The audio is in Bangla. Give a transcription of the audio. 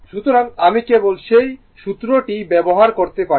সুতরাং আমি কেবল সেই সূত্র টি ব্যবহার করতে পারি